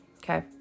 Okay